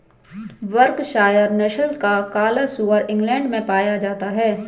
Berkshire नस्ल का काला सुअर इंग्लैण्ड में पाया जाता है